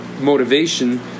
motivation